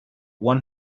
one